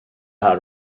how